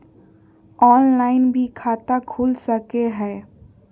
Online भी खाता खूल सके हय?